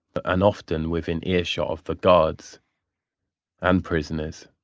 but in often within earshot of the guards and prisoners.